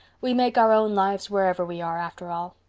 we make our own lives wherever we are, after all.